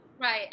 Right